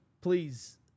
please